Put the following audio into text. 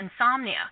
insomnia